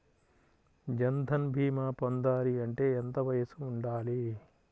జన్ధన్ భీమా పొందాలి అంటే ఎంత వయసు ఉండాలి?